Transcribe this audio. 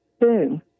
Boom